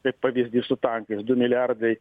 kaip pavyzdys su tankais du milijardai